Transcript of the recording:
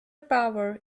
power